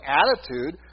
attitude